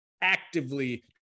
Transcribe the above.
actively